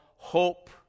hope